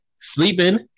sleeping